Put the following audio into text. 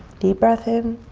deep breath in,